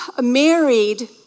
married